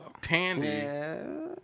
Tandy